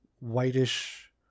whitish